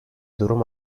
durum